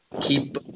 keep